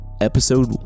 episode